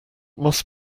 must